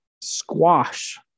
squash